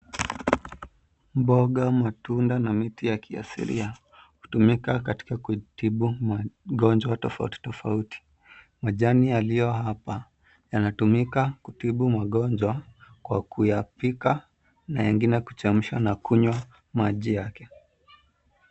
Mboga, matunda na miti ya kiasilia hutumika katika kutibu magonjwa tofauti tofauti. Majani yaliyo hapa yanatumika kutibu magonjwa kwa kuyapika na mengine kuchemsha na kunywa maji yake.